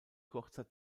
kurzer